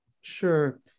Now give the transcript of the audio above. Sure